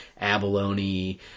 abalone